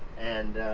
and